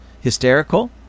hysterical